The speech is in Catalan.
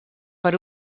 per